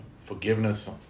forgiveness